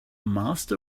master